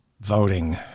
voting